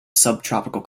subtropical